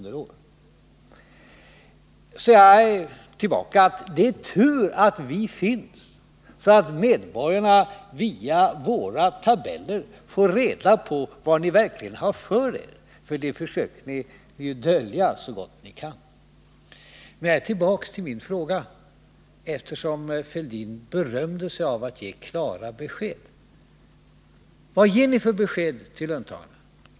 Det är tur att vi finns, så att medborgarna via våra tabeller får reda på vad ni verkligen har för er, för det försöker ni dölja så gott ni kan. Jag kommer tillbaka till min fråga, eftersom Thorbjörn Fälldin berömde sig av att ge klara besked. Vad ger ni för besked till löntagarna?